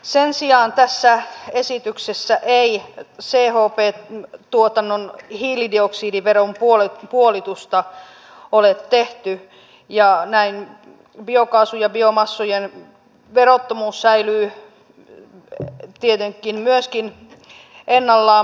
sen sijaan tässä esityksessä ei chp tuotannon hiilidioksidiveron puolitusta ole tehty ja näin biokaasu ja biomassojen verottomuus säilyy tietenkin myöskin ennallaan